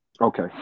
Okay